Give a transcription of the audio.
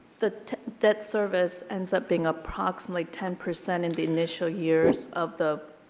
the debt service ends up being approximately ten percent in the initial years of the